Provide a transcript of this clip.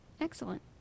Excellent